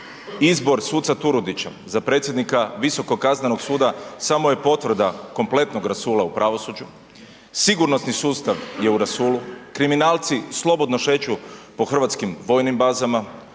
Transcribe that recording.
izbor suca Turudića za predsjednika Visokog kaznenog suda samo je potvrda kompletnog rasula u pravosuđu. Sigurnosni sustav je u rasulu, kriminalci slobodno šeću po hrvatskim vojnim bazama,